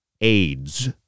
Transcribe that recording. AIDS